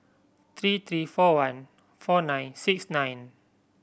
three three four one four nine six nine